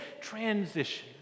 transition